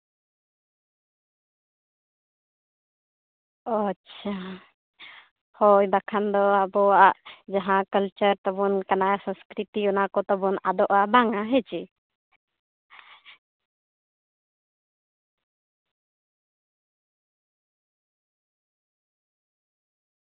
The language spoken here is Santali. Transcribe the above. ᱚ ᱟᱪᱪᱷᱟ ᱦᱳᱭ ᱵᱟᱠᱷᱟᱱ ᱫᱚ ᱟᱵᱚᱣᱟᱜ ᱡᱟᱦᱟᱸ ᱠᱟᱞᱪᱟᱨ ᱛᱟᱵᱚᱱ ᱠᱟᱱᱟ ᱥᱚᱝᱥᱠᱨᱤᱛᱤ ᱚᱱᱟ ᱠᱚ ᱛᱟᱵᱚᱱ ᱟᱫᱚᱜᱼᱟ ᱵᱟᱝᱟ ᱦᱮᱸᱥᱮ